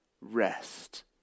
rest